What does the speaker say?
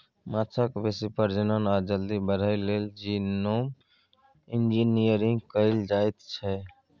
माछक बेसी प्रजनन आ जल्दी बढ़य लेल जीनोम इंजिनियरिंग कएल जाएत छै